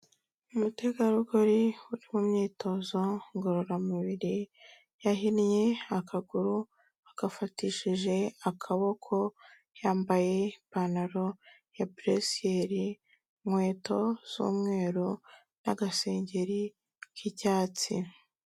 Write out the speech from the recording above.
Umutegarugori uri mu myitozo ngororamubiri, yahinnye akaguru akafatishije akaboko, yambaye ipantaro ya buresiyeri, inkweto z'umweru n'agasengeri k'icyatsi.